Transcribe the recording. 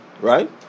Right